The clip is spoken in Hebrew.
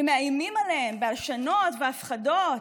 מאיימים עליהם בהלשנות ובהפחדות,